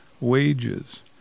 wages